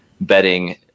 betting